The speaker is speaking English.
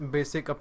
Basic